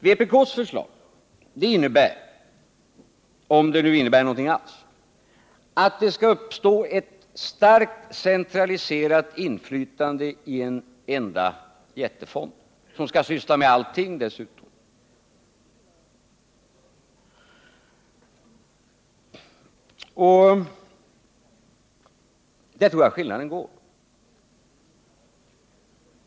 Vpk:s förslag innebär — om det innebär någonting alls — att det skall uppstå ett starkt centraliserat inflytande i en enda jättefond, som dessutom skall syssla med allting. Där tror jag att skillnaden går.